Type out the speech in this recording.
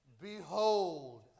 behold